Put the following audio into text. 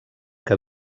que